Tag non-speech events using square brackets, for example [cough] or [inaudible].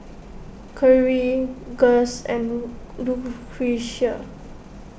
Khiry Gust and [unintelligible] Lucretia